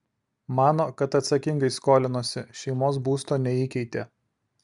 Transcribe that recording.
mano kad atsakingai skolinosi šeimos būsto neįkeitė